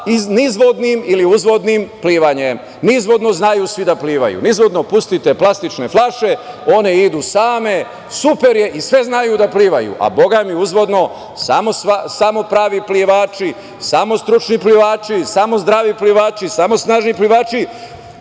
nizvodnim ili uzvodnim plivanjem. Nizvodno znaju svi da plivaju. Nizvodno pustite plastične flaše, one idu same, super je i sve znaju da plivaju, a bogami uzvodno samo pravi plivači, samo stručni plivači, samo zdravi plivači, samo snažni plivači,